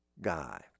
guy